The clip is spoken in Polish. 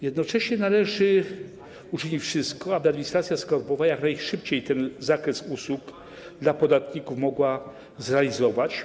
Jednocześnie należy uczynić wszystko, aby administracja skarbowa jak najszybciej ten zakres usług dla podatników mogła zrealizować,